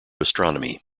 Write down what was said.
astronomy